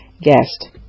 guest